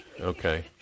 Okay